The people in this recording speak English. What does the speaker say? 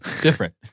different